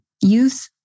youth